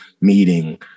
meeting